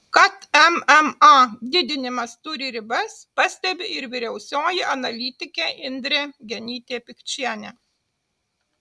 kad mma didinimas turi ribas pastebi ir vyriausioji analitikė indrė genytė pikčienė